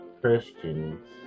Christians